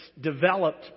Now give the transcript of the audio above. developed